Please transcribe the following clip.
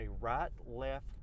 right-left